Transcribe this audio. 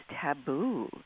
taboo